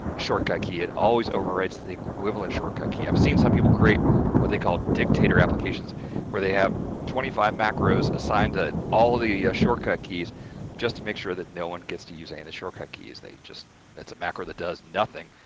shortcut key it always overwrites the the equivalent shortcut key. i've seen some people create what they call dictator applications where they have twenty five macros assigned to all the yeah shortcut keys just to make sure that no one gets to use a and the shortcut keys they just it's a macro that does nothing,